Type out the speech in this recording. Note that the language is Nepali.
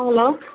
हेलो